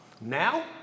Now